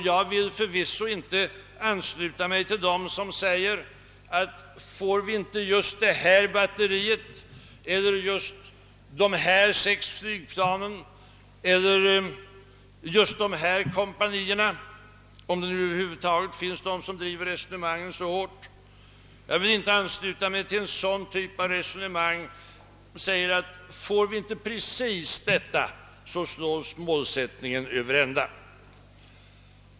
Jag vill förvisso inte ansluta mig till dem som säger att om vi inte får just detta batteri, dessa sex flygplan eller dessa kompanier — om det nu över huvud taget finns någon som driver resonemangen så hårt — så slås målsättningen över ända.